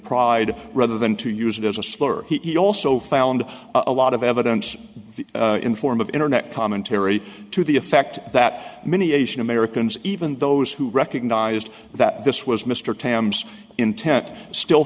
pride rather than to use it as a slur he also found a lot of evidence in the form of internet commentary to the effect that many asian americans even those who recognized that this was mr tams intent still